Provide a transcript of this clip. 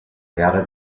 gara